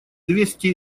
двести